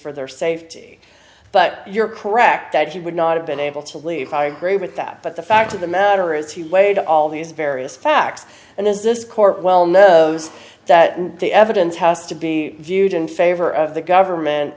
for their safety but you're correct that he would not have been able to leave i agree with that but the fact of the matter is he weighed all these various facts and as this court well knows that the evidence has to be viewed in favor of the government